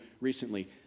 recently